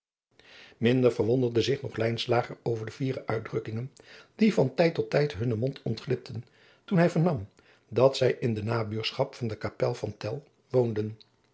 minder verwonderde zich nog lijnslager over de fiere uitdrukkingen die van tijd tot tijd hunnen mond ontglipten toen hij vernam dat zij in de nabuurschap van de kapel van tell woonden